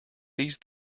these